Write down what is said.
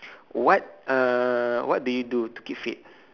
what uh what do you do to keep fit